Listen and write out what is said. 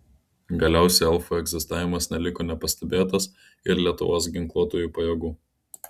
galiausiai elfų egzistavimas neliko nepastebėtas ir lietuvos ginkluotųjų pajėgų